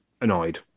annoyed